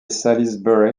salisbury